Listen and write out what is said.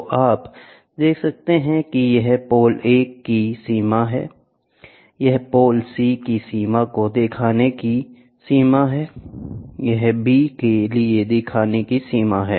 तो आप देख सकते हैं कि यह पोल A की एक सीमा है यह पोल C की सीमा को देखने की सीमा है यह B के लिए देखने की सीमा है